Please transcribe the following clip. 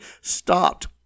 stopped